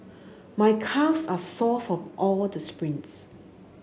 my calves are sore of all the sprints